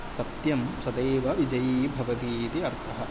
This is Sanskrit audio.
सत्यं सदैव विजयी भवति इति अर्थः